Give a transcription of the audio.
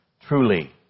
truly